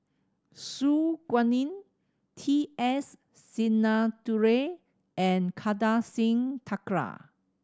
Su Guaning T S Sinnathuray and Kartar Singh Thakral